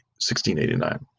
1689